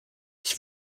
ich